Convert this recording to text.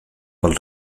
pel